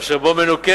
אשר בו מנוכה